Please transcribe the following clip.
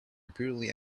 repeatedly